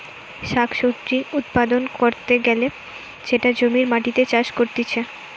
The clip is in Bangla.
শাক সবজি উৎপাদন ক্যরতে গ্যালে সেটা জমির মাটিতে চাষ করতিছে